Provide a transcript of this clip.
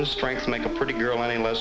and strength to make a pretty girl any